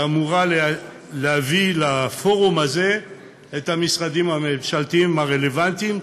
שאמורה להביא לפורום הזה את המשרדים הממשלתיים הרלוונטיים.